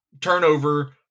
turnover